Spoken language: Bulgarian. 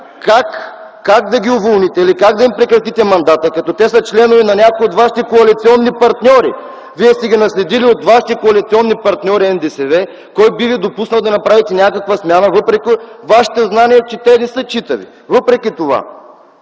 как да ги уволните или как да им прекратите мандата като те са членове на някои от вашите коалиционни партньори. Вие сте ги наследили от вашия коалиционен партньор НДСВ. Кой би ви допуснал да направите някаква смяна въпреки вашите знания, че те не са читави. Въпреки това,